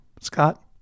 Scott